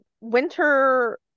winter